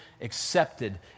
accepted